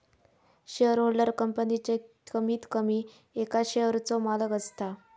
shareholder कंपनीच्या कमीत कमी एका शेयरचो मालक असता